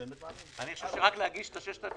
באמת --- אני חושב שרק להגיש את 6,000